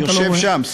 יושב שם.